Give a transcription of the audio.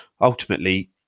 ultimately